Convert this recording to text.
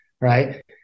Right